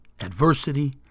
adversity